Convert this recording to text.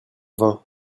vin